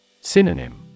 Synonym